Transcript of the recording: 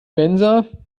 mensa